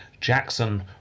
Jackson